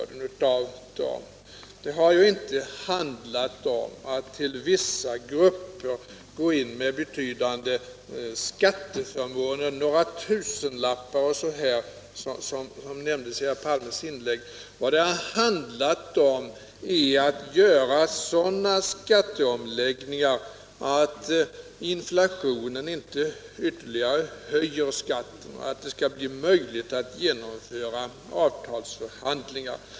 Det har inte handlat om att ge vissa grupper betydande skatteförmåner — några tusenlappar som herr Palme sade i sitt inlägg — utan om att göra sådana skatteomläggningar att inflationen inte ytterligare höjer skatten. Det skall bli möjligt att genomföra avtalsförhandlingar.